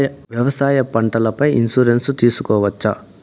వ్యవసాయ పంటల పై ఇన్సూరెన్సు తీసుకోవచ్చా?